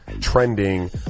trending